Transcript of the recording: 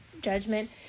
judgment